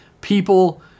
people